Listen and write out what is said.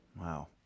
Wow